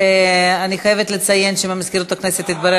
אני חייבת לציין שממזכירות הכנסת התברר